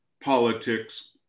politics